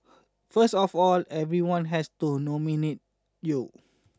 first of all everyone has to nominate you